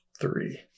three